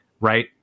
Right